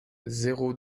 zéro